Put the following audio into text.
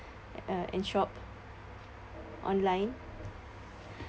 uh and shop online